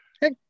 Hey